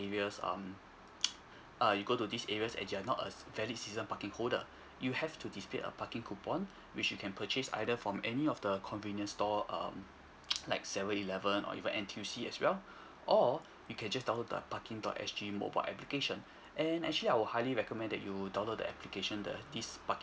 areas um err you go to this area and you are not a valid season parking holder you have to display a parking coupon which you can purchase either from any of the convenience store um like seven eleven or even N_T_U_C as well or you can just download the parking dot S_G mobile application and actually I will highly recommend that you download the application the this parking